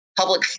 public